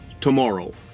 tomorrow